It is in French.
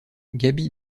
gaby